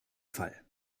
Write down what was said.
fall